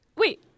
Wait